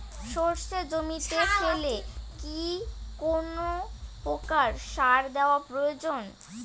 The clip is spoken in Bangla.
সর্ষে জমিতে ফেলে কি কোন প্রকার সার দেওয়া প্রয়োজন?